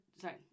Sorry